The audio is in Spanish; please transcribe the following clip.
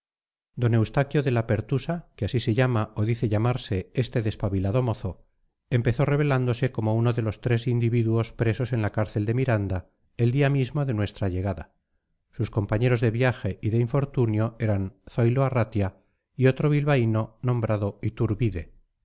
d eustaquio de la pertusa que así se llama o dice llamarse este despabilado mozo empezó revelándose como uno de los tres individuos presos en la cárcel de miranda el día mismo de nuestra llegada sus compañeros de viaje y de infortunio eran zoilo arratia y otro bilbaíno nombrado iturbide